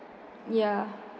ya